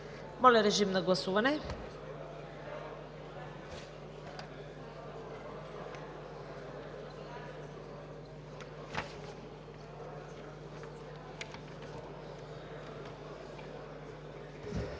Моля, режим на гласуване.